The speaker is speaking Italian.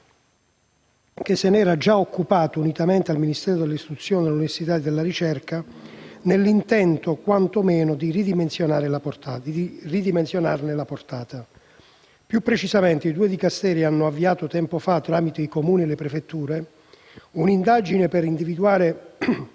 che se ne era già occupato, unitamente al Ministero della istruzione, dell'università e della ricerca, nell'intento quantomeno di ridimensionarne la portata. Più precisamente, i due Dicasteri hanno avviato tempo fa, tramite i Comuni e le prefetture, un'indagine per individuare